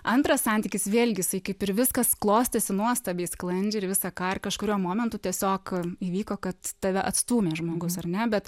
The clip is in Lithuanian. antras santykis vėlgi jisai kaip ir viskas klostėsi nuostabiai sklandžiai ir visa ką ar kažkuriuo momentu tiesiog įvyko kad tave atstūmė žmogus ar ne bet